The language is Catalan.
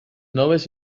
noves